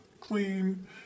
clean